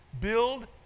Build